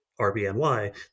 RBNY